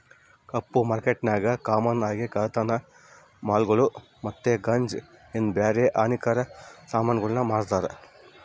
ಕಪ್ಪು ಮಾರ್ಕೆಟ್ನಾಗ ಕಾಮನ್ ಆಗಿ ಕಳ್ಳತನ ಮಾಲುಗುಳು ಮತ್ತೆ ಗಾಂಜಾ ಇನ್ನ ಬ್ಯಾರೆ ಹಾನಿಕಾರಕ ಸಾಮಾನುಗುಳ್ನ ಮಾರ್ತಾರ